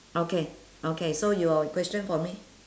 okay okay so your question for me